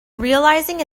realizing